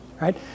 Right